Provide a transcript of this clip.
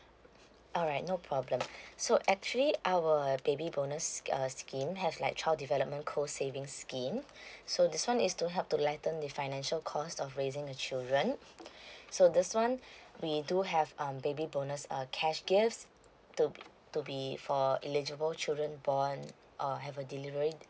alright no problem so actually our baby bonus err scheme have like child development co savings scheme so this one is to help to lighten the financial cost of raising the children so this one we do have um baby bonus err cash gifts to to be for eligible children born or have a delivery